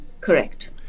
correct